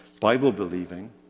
Bible-believing